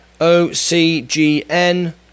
OCGN